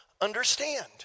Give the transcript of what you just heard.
understand